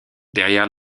derrière